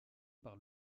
par